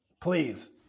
Please